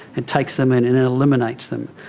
and takes them and and eliminates them.